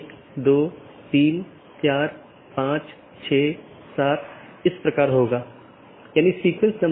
इसलिए हमारे पास BGP EBGP IBGP संचार है